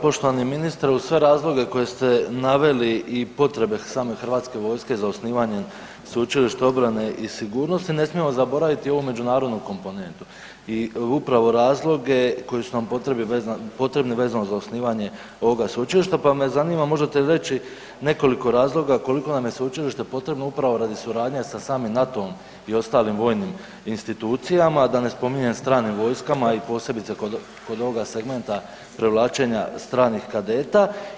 Poštovani ministre uz sve razloge koje ste naveli i potrebe same hrvatske vojske za osnivanjem Sveučilišta obrane i sigurnosti ne smijemo zaboraviti ovu međunarodnu komponentu i upravo razloge koji su nam potrebi vezano za osnivanje ovoga sveučilišta, pa me zanima možete li reći nekoliko razloga koliko nam je sveučilište potrebno upravo radi suradnje sa samim NATO-om i ostalim vojnim institucijama da na spominjem stranim vojskama i posebice kod ovoga segmenta privlačenja stranih kadeta.